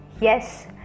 Yes